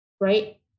right